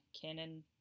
canon